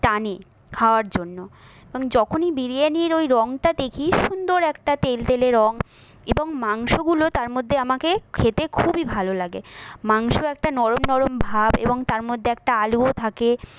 টানে খাওয়ার জন্য যখনই বিরিয়ানির ওই রঙটা দেখি সুন্দর একটা তেলতেলে রঙ এবং মাংসগুলো তার মধ্যে আমাকে খেতে খুবই ভালো লাগে মাংস একটা নরম নরম ভাব এবং তার মধ্যে একটা আলুও থাকে